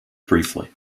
briefly